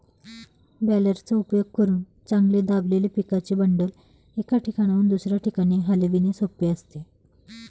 बॅलरचा उपयोग करून चांगले दाबलेले पिकाचे बंडल, एका ठिकाणाहून दुसऱ्या ठिकाणी हलविणे सोपे असते